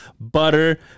butter